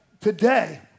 today